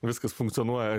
viskas funkcionuoja